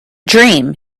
dream